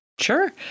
Sure